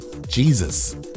Jesus